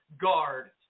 guard